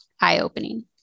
eye-opening